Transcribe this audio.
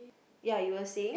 ya you were saying